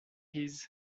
his